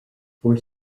for